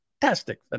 fantastic